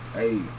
hey